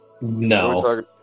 no